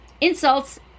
insults